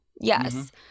yes